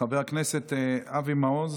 חבר הכנסת אבי מעוז